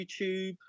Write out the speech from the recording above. YouTube